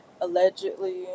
allegedly